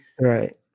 Right